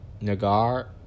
Nagar